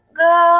go